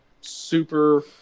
super